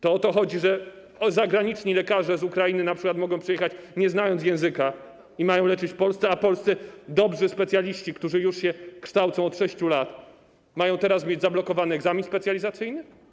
To o to chodzi, że zagraniczni lekarze np. z Ukrainy mogą przyjechać, nie znając języka, i mają leczyć w Polsce, a polscy dobrzy specjaliści, którzy już się kształcą od 6 lat, mają teraz mieć zablokowany egzamin specjalizacyjny?